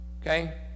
Okay